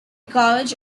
college